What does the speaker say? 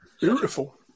Beautiful